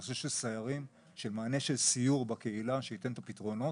מענה של סיור בקהילה שייתן את הפתרונות.